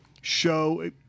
show